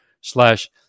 slash